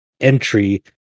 entry